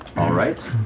all right.